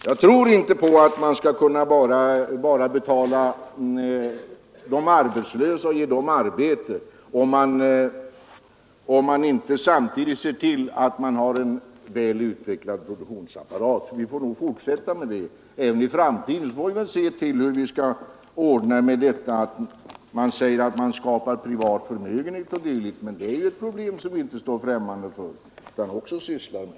Jag tror inte att det räcker med att bara betala de arbetslösa och ge dem arbete. Vi måste samtidigt se till att det finns en väl utvecklad produktionsapparat. Vi får nog fortsätta med det även i framtiden. När det här sägs att det skapas privat förmögenhet så vill jag nämna att det är ett problem som vi inte står främmande för utan också sysslar med.